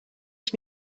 ich